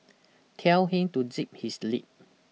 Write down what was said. tell him to zip his lip